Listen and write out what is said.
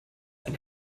eine